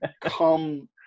come